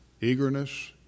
Eagerness